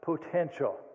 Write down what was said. potential